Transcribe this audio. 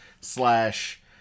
slash